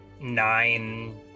nine